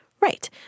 Right